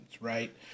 right